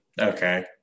Okay